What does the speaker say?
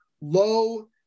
low